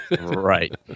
Right